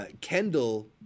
Kendall